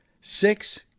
Six